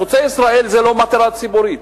"חוצה ישראל" זה לא מטרה ציבורית,